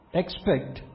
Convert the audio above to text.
expect